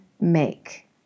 make